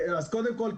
קודם כול,